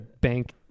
bank